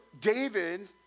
David